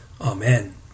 Amen